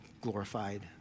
glorified